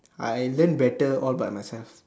I learn better all by myself